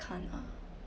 can't ah